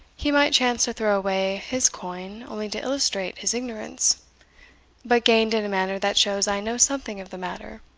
he might chance to throw away his coin only to illustrate his ignorance but gained in a manner that shows i know something of the matter.